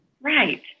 Right